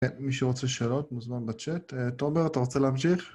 מי שרוצה שאלות מוזמן בצ'אט. תומר, אתה רוצה להמשיך?